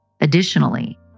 Additionally